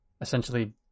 essentially